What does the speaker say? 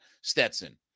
Stetson